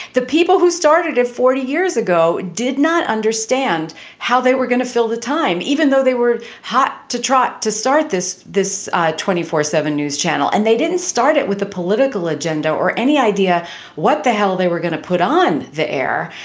the people who started it forty years ago did not understand how they were going to fill the time, even though they were hot to trot to start this this two four zero seven news channel. and they didn't start it with a political agenda or any idea what the hell they were going to put on the air.